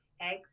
Eggs